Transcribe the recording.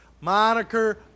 Moniker